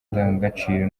ndangagaciro